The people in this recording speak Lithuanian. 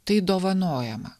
tai dovanojama